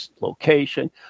location